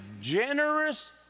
generous